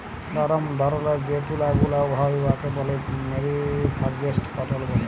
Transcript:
লরম ধরলের যে তুলা গুলা হ্যয় উয়াকে ব্যলে মেরিসারেস্জড কটল ব্যলে